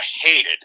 hated